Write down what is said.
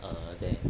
uh then